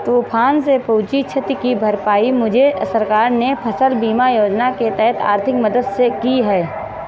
तूफान से पहुंची क्षति की भरपाई मुझे सरकार ने फसल बीमा योजना के तहत आर्थिक मदद से की है